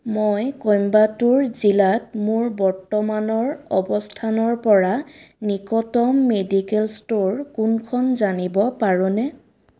মই কইম্বাটুৰ জিলাত মোৰ বৰ্তমানৰ অৱস্থানৰপৰা নিকটতম মেডিকেল ষ্ট'ৰ কোনখন জানিব পাৰোঁনে